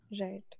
Right